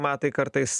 matai kartais